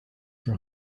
for